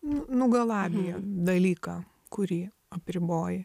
nugalabija dalyką kurį apriboji